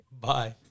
Bye